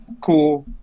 cool